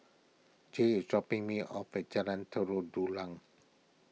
J is dropping me off at Jalan Tari Dulang